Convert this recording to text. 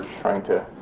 trying to